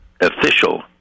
official